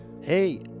Hey